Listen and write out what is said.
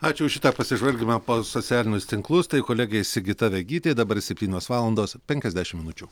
ačiū už šitą pasižvalgymą po socialinius tinklus tai kolegė sigita vegytė dabar septynios valandos penkiasdešim minučių